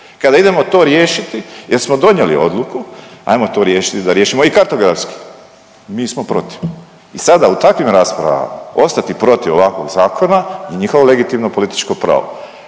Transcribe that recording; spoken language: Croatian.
Kada idemo to riješiti jer smo donijeli odluku, ajmo to riješiti da riješimo i kartografski mi smo protiv i sada u takvim raspravama ostati protiv ovakvog zakona je njihovo legitimno političko pravo.